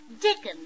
Dickens